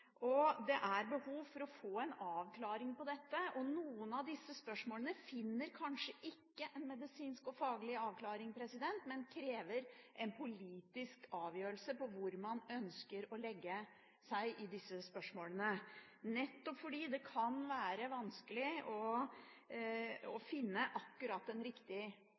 Det er behov for å få en avklaring av dette. Noen av disse spørsmålene finner kanskje ikke en medisinsk og faglig avklaring, men krever en politisk avgjørelse om hvor man ønsker å legge seg i disse spørsmålene – nettopp fordi det kan være vanskelig å finne akkurat den